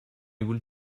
would